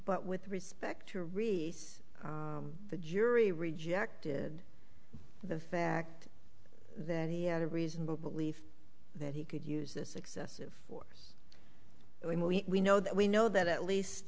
but with respect to reads the jury rejected the fact that he had a reasonable belief that he could use this excessive force and we know that we know that at least